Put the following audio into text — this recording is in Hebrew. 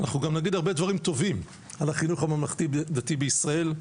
אנחנו גם נגיד הרבה דברים טובים על החינוך הממלכתי דתי בישראל,